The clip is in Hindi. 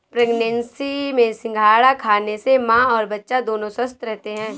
प्रेग्नेंसी में सिंघाड़ा खाने से मां और बच्चा दोनों स्वस्थ रहते है